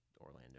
orlando